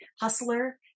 hustler